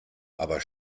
aber